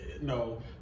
no